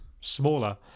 Smaller